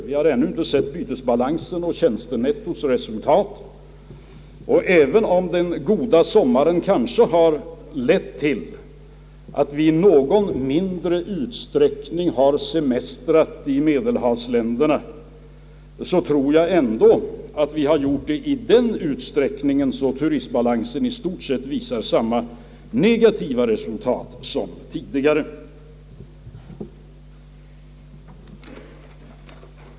Vi har ännu inte sett bytesbalansen och tjänstenettots resultat, och även om den goda sommaren kanske har lett till att vi i något mindre utsträckning än tidigare har semestrat i Medelhavsländerna, tror jag ändå att vi har semestrat där i så stor utsträckning att turistbalansen i stort sett visar samma negativa resultat som tidigare.